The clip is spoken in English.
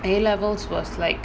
A levels was like